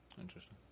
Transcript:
interesting